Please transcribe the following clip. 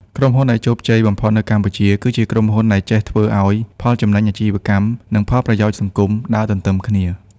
ក្រុមហ៊ុនដែលជោគជ័យបំផុតនៅកម្ពុជា គឺជាក្រុមហ៊ុនដែលចេះធ្វើឱ្យ "ផលចំណេញអាជីវកម្ម" និង "ផលប្រយោជន៍សង្គម" ដើរទន្ទឹមគ្នា។